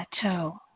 Plateau